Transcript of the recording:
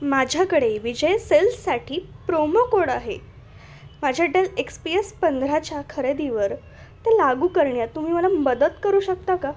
माझ्याकडे विजय सेल्ससाठी promo code आहे माझ्या डेल एक्स पी एस पंधराच्या खरेदीवर ते लागू करण्यात तुम्ही मला मदत करू शकता का